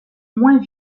moins